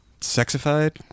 sexified